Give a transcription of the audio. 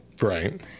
Right